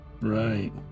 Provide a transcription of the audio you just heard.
Right